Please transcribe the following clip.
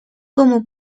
como